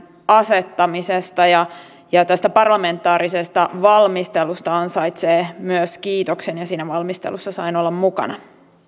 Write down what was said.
asettamisesta ja ja tästä parlamentaarisesta valmistelusta ansaitsee myös kiitoksen ja siinä valmistelussa sain olla mukana